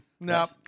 No